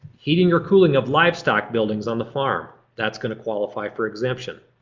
heating or cooling of livestock buildings on the farm. that's gonna qualify for exemption.